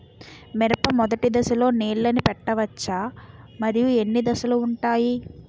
మిరప మొదటి దశలో నీళ్ళని పెట్టవచ్చా? మరియు ఎన్ని దశలు ఉంటాయి?